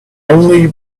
only